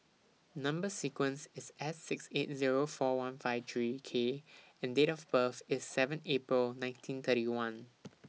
Number sequence IS S six eight Zero four one five three K and Date of birth IS seven April nineteen thirty one